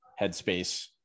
headspace